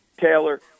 Taylor